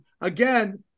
Again